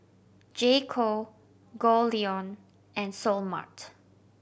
J Co Goldlion and Seoul Mart